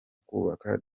kubaka